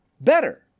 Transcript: Better